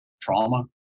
trauma